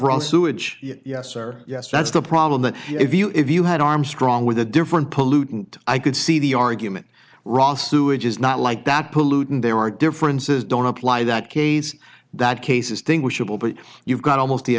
raw sewage yes or yes that's the problem that if you if you had armstrong with a different pollutant i could see the argument raw sewage is not like that pollutant there are differences don't apply that case that cases think we should all but you've got almost the